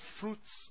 fruits